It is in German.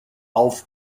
auf